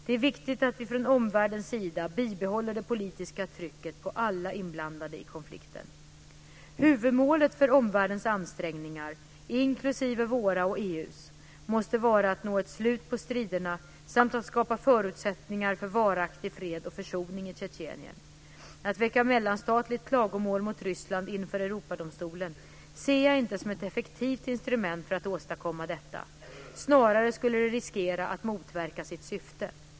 Det är viktigt att vi från omvärldens sida bibehåller det politiska trycket på alla inblandade i konflikten. Huvudmålet för omvärldens ansträngningar - inklusive våra och EU:s - måste vara att nå ett slut på striderna samt att skapa förutsättningar för varaktig fred och försoning i Tjetjenien. Att väcka mellanstatligt klagomål mot Ryssland inför Europadomstolen ser jag inte som ett effektivt instrument för att åstadkomma detta. Snarare skulle det riskera att motverka sitt syfte.